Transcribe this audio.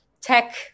tech